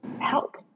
help